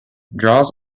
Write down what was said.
draws